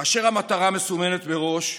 כאשר המטרה מסומנת מראש,